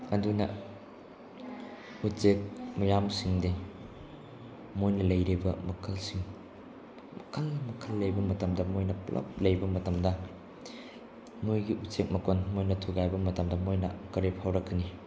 ꯑꯗꯨꯅ ꯎꯆꯦꯛ ꯃꯌꯥꯝꯁꯤꯡꯗꯤ ꯃꯣꯏꯅ ꯂꯩꯔꯤꯕ ꯃꯈꯜꯁꯤꯡ ꯃꯈꯜ ꯃꯈꯜ ꯂꯩꯕ ꯃꯇꯝꯗ ꯃꯣꯏꯅ ꯄꯨꯜꯂꯞ ꯂꯩꯕ ꯃꯇꯝꯗ ꯃꯣꯏꯒꯤ ꯎꯆꯦꯛ ꯃꯀꯣꯟ ꯃꯣꯏꯅ ꯊꯨꯒꯥꯏꯕ ꯃꯇꯝꯗ ꯃꯣꯏꯅ ꯀꯔꯤ ꯐꯥꯎꯔꯛꯀꯅꯤ